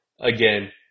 again